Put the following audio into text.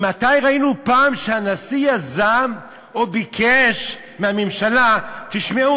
מתי ראינו פעם שהנשיא יזם או ביקש מהממשלה: תשמעו,